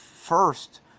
first